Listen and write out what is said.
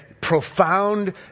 profound